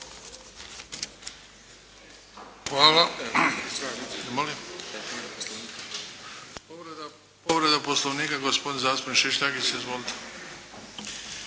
Hvala.